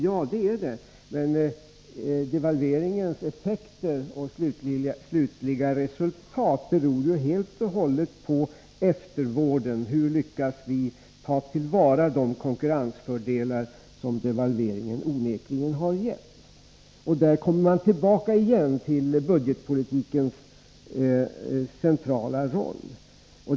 Ja, men devalveringens effekter och det slutliga resultatet beror ju helt och hållet på eftervården. Hur lyckas vi ta till vara de konkurrensfördelar som devalveringen onekligen gett? Där kommer vi återigen tillbaka till budgetpolitikens centrala roll.